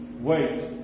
Wait